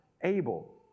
Abel